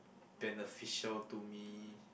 beneficial to me